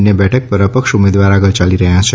અન્ય એક બેઠક પર અપક્ષ ઉમેદવાર આગળ ચાલી રહ્યા છે